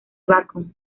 bacon